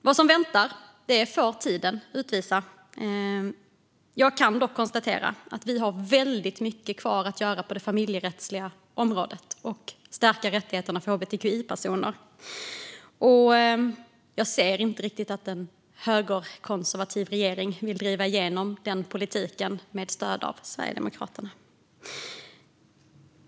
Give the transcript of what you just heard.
Vad som väntar får tiden utvisa, men jag kan konstatera att vi har väldigt mycket kvar att göra på det familjerättsliga området och när det gäller att stärka rättigheterna för hbtqi-personer. Jag ser inte riktigt att en högerkonservativ regering skulle vilja driva igenom den politiken med stöd av Sverigedemokraterna.